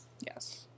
Yes